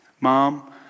Mom